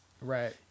Right